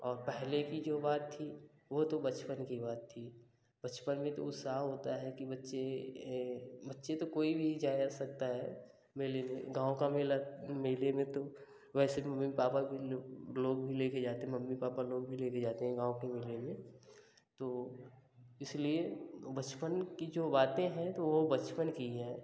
और पहले की जो बात थी वो तो बचपन की बात थी बचपन में तो उत्साह होता है कि बच्चे बच्चे तो कोई भी जा सकता है मेले में गाँव का मेला मेले में तो वैसे मम्मी पापा की लोग भी लेके जाते हैं मम्मी पापा लोग भी लेके जाते हैं गाँव के मेले में तो इसलिए बचपन की जो बातें हैं तो वो बचपन की ही हैं